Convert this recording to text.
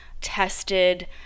tested